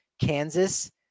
Kansas